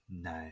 No